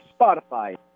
Spotify